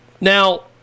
Now